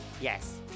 Yes